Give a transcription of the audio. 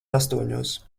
astoņos